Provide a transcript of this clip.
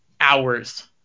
hours